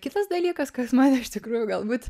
kitas dalykas kas mane iš tikrųjų galbūt